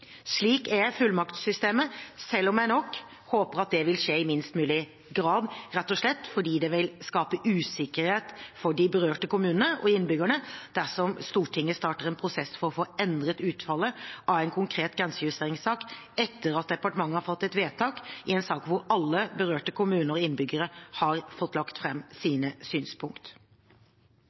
Slik er fullmaktsystemet, selv om jeg nok håper at det vil skje i minst mulig grad, rett og slett fordi det vil skape usikkerhet for de berørte kommunene og innbyggerne dersom Stortinget starter en prosess for å få endret utfallet av en konkret grensejusteringssak etter at departementet har fattet vedtak i en sak hvor alle berørte kommuner og innbyggere har fått lagt fram sine synspunkt.